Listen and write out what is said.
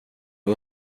och